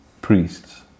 priests